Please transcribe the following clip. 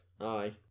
Aye